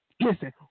listen